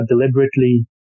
deliberately